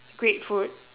great food